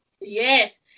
yes